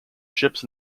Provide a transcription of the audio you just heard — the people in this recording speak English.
ships